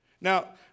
Now